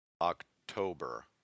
October